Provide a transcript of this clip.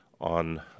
on